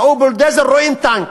ראו בולדוזר, רואים טנק,